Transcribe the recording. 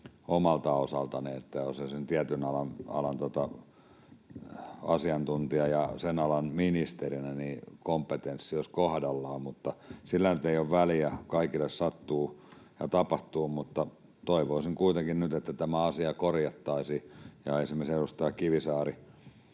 omalta osaltani, että sen tietyn alan asiantuntijana ja sen alan ministerinä kompetenssi olisi kohdallaan. Sillä nyt ei ole väliä, kaikille sattuu ja tapahtuu, mutta toivoisin kuitenkin nyt, että tämä asia korjattaisiin ja että esimerkiksi edustaja Kivisaari